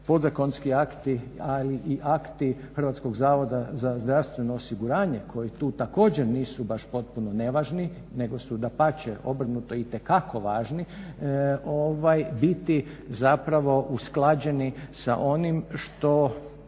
podzakonski akti ali i akti Hrvatskog zavoda za zdravstveno osiguranje koji tu također nisu baš potpuno nevažni nego su dapače, obrnuto itekako važni biti zapravo usklađeni sa onim što